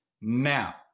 Now